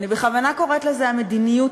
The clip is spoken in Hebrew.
ואני בכוונה קוראת לזה "המדיניות